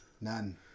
None